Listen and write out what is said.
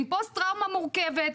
עם פוסט טראומה מורכבת,